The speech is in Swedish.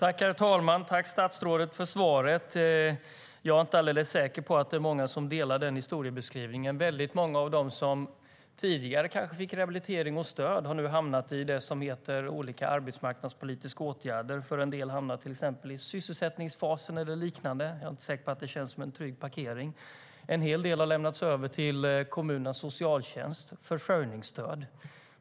Herr talman! Jag tackar statsrådet för svaret. Jag är inte alldeles säker på att det är många som delar hans historiebeskrivning. Väldigt många av dem som tidigare fick rehabilitering och stöd har nu hamnat i det som heter olika arbetsmarknadspolitiska åtgärder. En del hamnar till exempel i sysselsättningsfasen eller liknande. Jag är inte säker på att det känns som en trygg parkering. En hel del har lämnats över till kommunernas socialtjänst och försörjningsstöd.